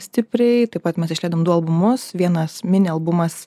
stipriai taip pat mes išleidom du albumus vienas mini albumas